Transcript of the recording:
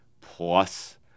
plus